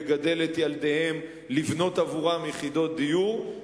לגדל את ילדיהם ולבנות עבורם יחידות דיור,